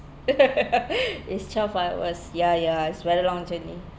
it's twelve hours ya ya it's very long journey